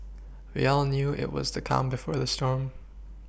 we all knew it was the calm before the storm